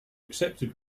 accepted